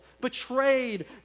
betrayed